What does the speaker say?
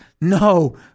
No